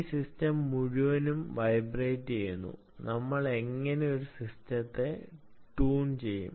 ഈ സിസ്റ്റം മുഴുവനും വൈബ്രേറ്റുചെയ്യുന്നു നമ്മൾ എങ്ങനെ ഈ സിസ്റ്റത്തെ ട്യൂൺ ചെയ്യും